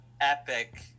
Epic